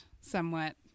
somewhat